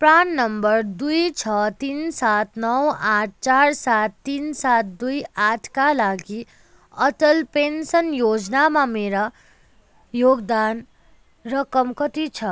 PRAN number दुई छ तिन सात नौ आठ चार सात तिन सात दुई आठका लागि अटल पेन्सन योजनामा मेरो योगदान रकम कति छ